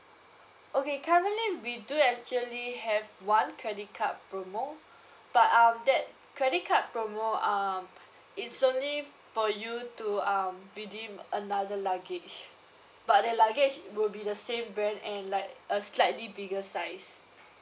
okay currently we do actually have one credit card promo but um that credit card promo um it's only for you to um redeem another luggage but the luggage will be the same brand and like a slightly bigger size